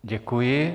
Děkuji.